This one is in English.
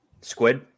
Squid